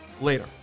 Later